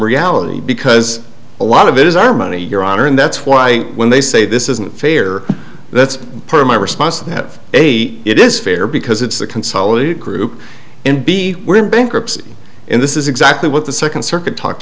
reality because a lot of it is our money your honor and that's why when they say this isn't fair that's part of my response they have eight it is fair because it's a consolidated group and b were in bankruptcy in this is exactly what the second circuit talked